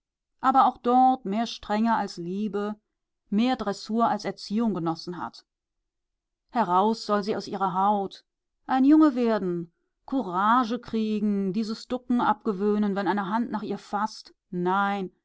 aber auch dort mehr strenge als liebe mehr dressur als erziehung genossen hat heraus soll sie aus ihrer haut ein junge werden courage kriegen dieses ducken abgewöhnen wenn eine hand nach ihr faßt nein